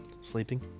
Sleeping